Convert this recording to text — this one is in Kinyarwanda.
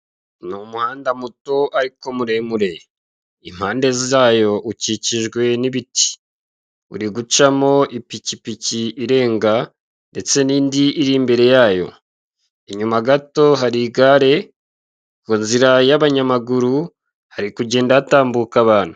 Ni umuhanda muto ariko muremure. Impande zayo ukikijwe n'ibiti. Uri gucamo ipikipiki irenga, ndetse n'indi iri imbere yayo. Inyuma gato hari igare, ku nzira y'abanyamaguru hari kugenda hatambuka abantu.